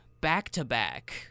back-to-back